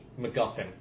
MacGuffin